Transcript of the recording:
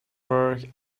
work